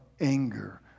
anger